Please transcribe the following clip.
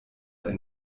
ein